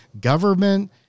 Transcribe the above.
government